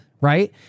right